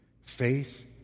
Faith